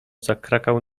zakrakał